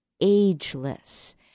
ageless